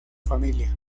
familia